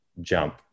jump